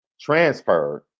transferred